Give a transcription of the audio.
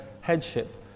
headship